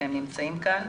הם נמצאים כאן.